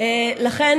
לכן,